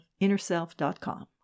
InnerSelf.com